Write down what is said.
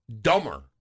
dumber